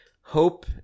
hope